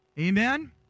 Amen